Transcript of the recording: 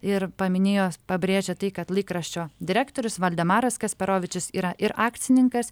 ir paminėjo pabrėžė tai kad laikraščio direktorius valdemaras kasperovičius yra ir akcininkas